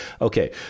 Okay